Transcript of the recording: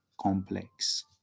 complex